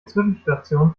zwischenstation